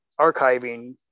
archiving